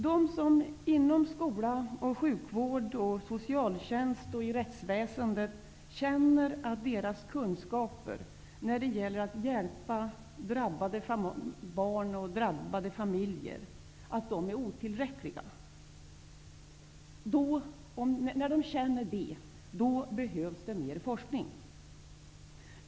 De som arbetar inom skola, sjukvård, socialtjänst och i rättsväsendet känner att deras kunskaper när det gäller att hjälpa drabbade barn och familjer är otillräckliga, och då behövs det mer forskning.